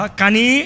kani